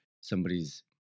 somebody's